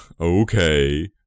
okay